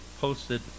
posted